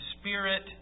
spirit